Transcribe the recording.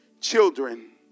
children